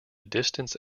distance